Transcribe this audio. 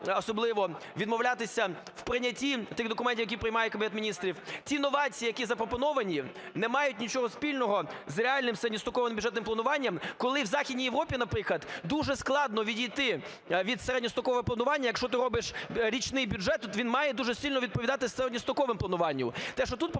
особливо відмовлятися в прийнятті тих документів, які приймає Кабінет Міністрів. Ті новації, які запропоновані, не мають нічого спільного з реальним середньостроковим бюджетним плануванням, коли в Західній Європі, наприклад, дуже складно відійти від середньострокового планування. Якщо ти робиш річний бюджет, то він має дуже сильно відповідати середньостроковому плануванню.